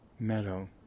meadow